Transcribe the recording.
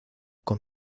con